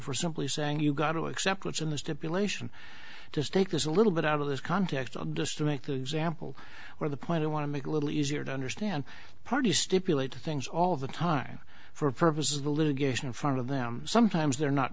for simply saying you've got to accept what's in the stipulation just take this a little bit out of this context on just to make the example where the point i want to make a little easier to understand parties stipulate to things all the time for us is the litigation in front of them sometimes they're not